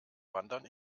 wandern